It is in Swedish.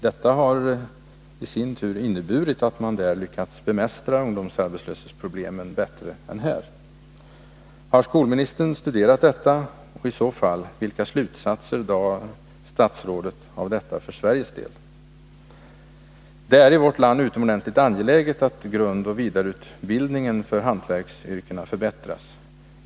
Detta har i sin tur inneburit att man har lyckats bemästra ungdomsarbetslöshetsproblemen bättre än här. Har skolministern studerat detta? I så fall, vilka slutsatser drar statsrådet för Sveriges del? Det är i vårt land utomordentligt angeläget att grundoch vidareutbildningen för hantverksyrkena förbättras.